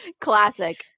classic